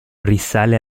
risale